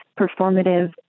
performative